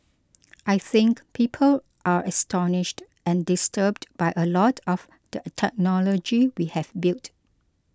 I think people are astonished and disturbed by a lot of the technology we have built